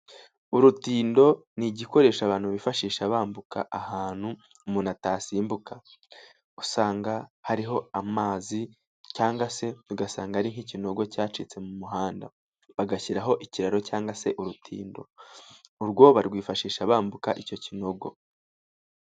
Urutindo ni igikoresho abantu bifashisha bambuka ahantu umuntu atasimbuka. Usanga hariho amazi cyangwa se ugasanga ari nk'ikinogo cyacitse mu muhanda; bagashyiraho ikiraro cyangwa se urutindo. Urwo bakarwifashisha bambuka icyo kinogo.